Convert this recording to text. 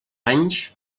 anys